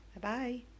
Bye-bye